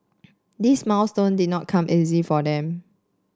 this milestone did not come easy for them